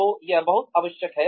तो यह बहुत आवश्यक है